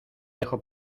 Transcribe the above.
dejo